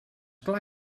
clar